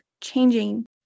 changing